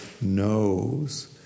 knows